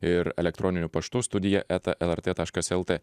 ir elektroniniu paštu studija eta lrt taškas lt